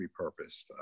repurposed